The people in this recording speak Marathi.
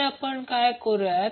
तर आपण काय करुया